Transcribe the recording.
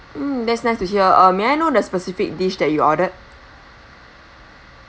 mm that's nice to hear uh may I know the specific dish that you ordered